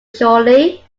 surely